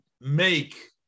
make